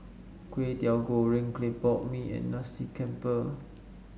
Kway Teow Goreng Clay Pot Mee and Nasi Campur